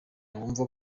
bumva